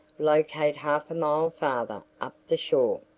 locate half a mile farther up the shore.